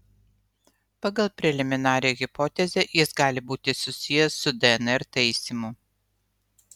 pagal preliminarią hipotezę jis gali būti susijęs su dnr taisymu